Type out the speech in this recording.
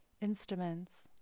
instruments